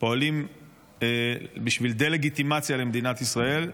פועלים בשביל דה-לגיטימציה למדינת ישראל,